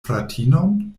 fratinon